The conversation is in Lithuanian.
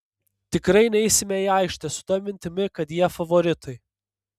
tikrai neisime į aikštę su ta mintimi kad jie favoritai